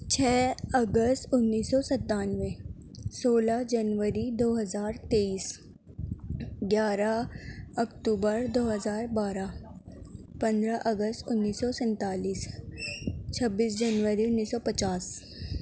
چھ اگست انیس سو ستانوے سولہ جنوری دو ہزار تیئیس گیارہ اکتوبر دو ہزار بارہ پندرہ اگست انیس سو سینتالیس چھبیس جنوری انیس سو پچاس